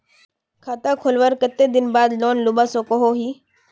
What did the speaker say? खाता खोलवार कते दिन बाद लोन लुबा सकोहो ही?